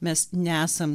mes nesam